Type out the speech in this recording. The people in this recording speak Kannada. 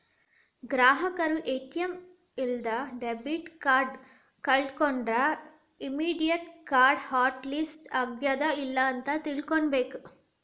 ಗ್ರಾಹಕರು ಎ.ಟಿ.ಎಂ ಇಲ್ಲಾ ಡೆಬಿಟ್ ಕಾರ್ಡ್ ಕಳ್ಕೊಂಡ್ರ ಇಮ್ಮಿಡಿಯೇಟ್ ಕಾರ್ಡ್ ಹಾಟ್ ಲಿಸ್ಟ್ ಆಗ್ಯಾದ ಇಲ್ಲ ಅಂತ ತಿಳ್ಕೊಬೇಕ್